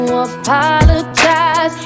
apologize